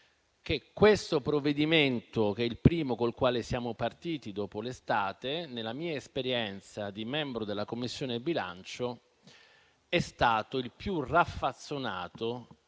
che il provvedimento al nostro esame, il primo con il quale siamo partiti dopo l'estate, nella mia esperienza di membro della Commissione bilancio, è stato il più raffazzonato,